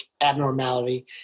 abnormality